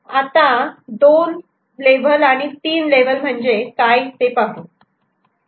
आता 2 लेव्हल आणि 3 लेव्हल म्हणजे काय ते पाहू